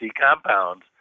compounds